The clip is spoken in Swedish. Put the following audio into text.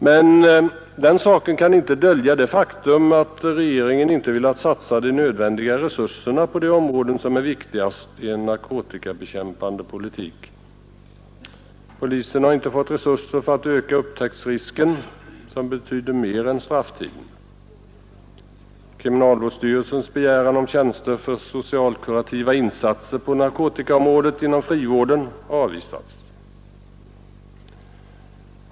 Men den saken kan ju inte dölja det faktum att regeringen inte velat satsa de nödvändiga resurserna på de områden som är viktigast i en narkotikabekämpande politik. Polisen har inte fått resurser för att öka upptäcktsrisken hos dem som sysslar med narkotika, vilket betyder mer än strafftiden. Kriminalvårdsstyrelsens begäran om tjänster inom frivården för socialkurativa insatser på narkotikaområdet har avvisats.